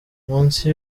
munsi